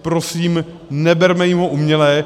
Prosím, neberme jim ho uměle.